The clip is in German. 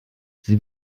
sie